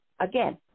again